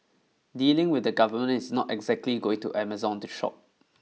dealing with the Government is not exactly going to Amazon to shop